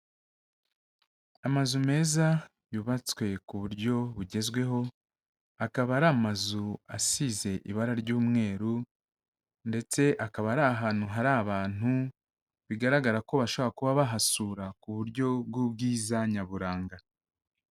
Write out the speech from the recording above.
Amazu meza yubatswe ku buryo bugezweho, akaba ari amazu asize ibara ry'umweru ndetse akaba ari ahantu hari abantu bigaragara ko bashobora kuba bahasura ku buryo bw'ubwiza nyaburanga.